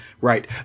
right